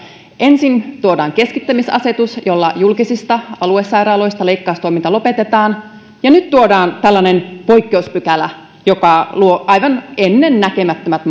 ensin tuodaan keskittämisasetus jolla julkisista aluesairaaloista leikkaustoiminta lopetetaan ja nyt tuodaan tällainen poikkeuspykälä joka luo aivan ennennäkemättömät